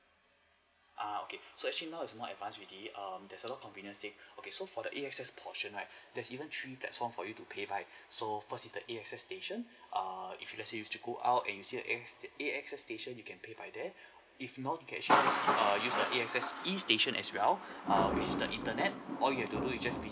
uh okay so actually now is more advance already um there's a lot convenient say okay so for the A_X_S portion right there's even three platform for you to pay by so first is the A_X_S station err if it let's say you have to go out and you see like eh A_X_S station you can pay by there if not you can actually err use the A_X_S E station as well err with the internet all you have to do you just